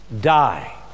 die